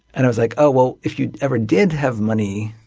and i was like, oh, well, if you ever did have money